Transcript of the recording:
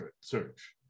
search